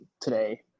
today